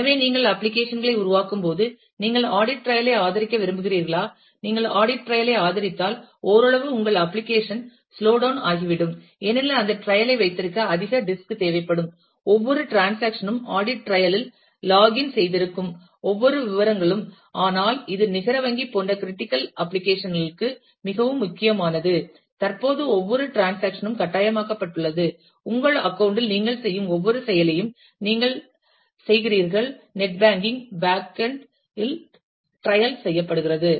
எனவே நீங்கள் அப்ளிகேஷன் களை உருவாக்கும்போது நீங்கள் ஆடிட் ட்ரையல் ஐ ஆதரிக்க விரும்புகிறீர்களா நீங்கள் ஆடிட் ட்ரையல் ஐ ஆதரித்தால் ஓரளவு உங்கள் அப்ளிகேஷன் ஸ்லோ டவுன் ஆகிவிடும் ஏனெனில் அந்த ட்ரையல் ஐ வைத்திருக்க அதிக டிஸ்க் தேவைப்படும் ஒவ்வொரு டிரன்சாக்சன் ம் ஆடிட் ட்ரையல் இல் லாக் இன் செய்திருக்கும் ஒவ்வொரு விவரங்களும் ஆனால் இது நிகர வங்கி போன்ற கிரிட்டிகல் அப்ளிகேஷன் களுக்கு மிகவும் முக்கியமானது தற்போது ஒவ்வொரு டிரன்சாக்சன் ம் கட்டாயமாக்கப்பட்டுள்ளது உங்கள் அக்கவுண்ட் இல் நீங்கள் செய்யும் ஒவ்வொரு செயலையும் நீங்கள் செய்கிறீர்கள் நெட் பேங்கிங் பேங்க் எண்ட் இல் ட்ரையல் செய்யப்பட்டுள்ளது